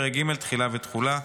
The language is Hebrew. ובפרק ג' תחילה ותחולה.